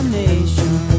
nation